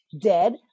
dead